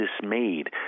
dismayed